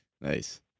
Nice